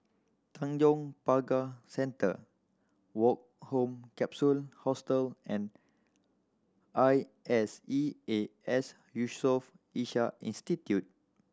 Tanjong Pagar Centre Woke Home Capsule Hostel and I S E A S Yusof Ishak Institute